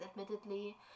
admittedly